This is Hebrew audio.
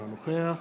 אינו נוכח